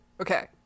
Okay